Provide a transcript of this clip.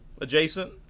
adjacent